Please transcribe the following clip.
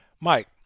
Mike